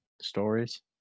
stories